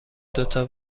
دوتا